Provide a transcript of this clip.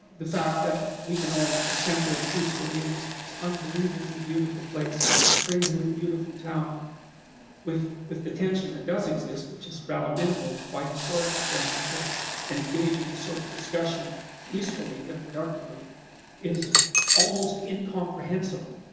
the fact that we can all assemble peacefully in this unbelievably beautiful place in this crazily beautiful town with with the tension that does exist which is rather minimal by historical standards and engage in this sort of discussion peacefully and productively is almost incomprehensible,